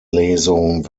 lesung